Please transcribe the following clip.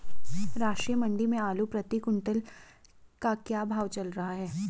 राष्ट्रीय मंडी में आलू प्रति कुन्तल का क्या भाव चल रहा है?